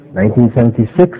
1976